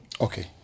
okay